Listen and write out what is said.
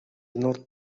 north